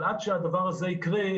אבל עד שהדבר הזה יקרה,